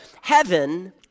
heaven